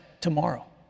tomorrow